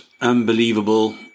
unbelievable